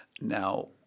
Now